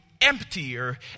emptier